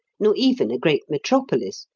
nor even a great metropolis,